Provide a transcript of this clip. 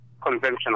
conventional